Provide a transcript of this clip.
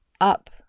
up